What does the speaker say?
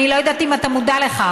אני לא יודעת אם אתה מודע לכך,